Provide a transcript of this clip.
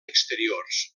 exteriors